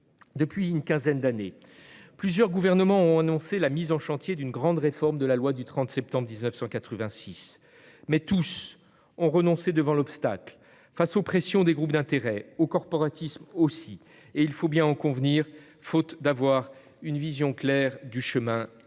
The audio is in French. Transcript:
Depuis une quinzaine d'années, plusieurs gouvernements ont annoncé la mise en chantier d'une grande réforme de la loi du 30 septembre 1986, mais tous ont renoncé devant l'obstacle, face aux pressions des groupes d'intérêts et aux corporatismes, mais aussi, il faut bien en convenir, faute d'avoir une vision claire du chemin à suivre.